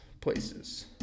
places